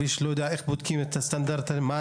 אני לא יודע איך הם בודקים את הסטנדרטים ומה